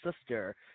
sister